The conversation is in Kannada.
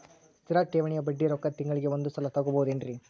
ಸ್ಥಿರ ಠೇವಣಿಯ ಬಡ್ಡಿ ರೊಕ್ಕ ತಿಂಗಳಿಗೆ ಒಂದು ಸಲ ತಗೊಬಹುದೆನ್ರಿ?